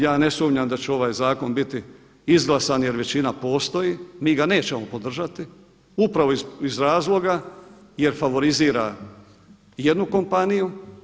Ja ne sumnjam da će ovaj zakon biti izglasan jer većina postoji, mi ga nećemo podržati upravo iz razloga jer favorizira jednu kompaniju.